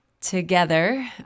together